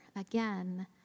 again